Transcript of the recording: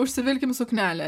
užsivilkim suknelę